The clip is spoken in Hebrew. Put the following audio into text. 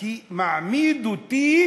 כי זה מעמיד אותי